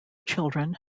children